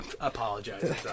apologize